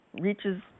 reaches